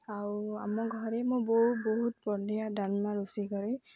ଆଉ ଆମ ଘରେ ମୋ ବୋଉ ବହୁତ ବଢ଼ିଆ ଡ଼ାଲମା ରୋଷେଇ କରେ